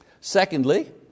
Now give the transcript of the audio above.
Secondly